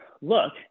look